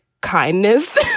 kindness